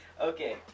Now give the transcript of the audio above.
Okay